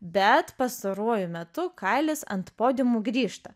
bet pastaruoju metu kailis ant podiumų grįžta